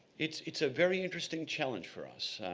it's it's a very interesting challenge for us.